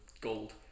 gold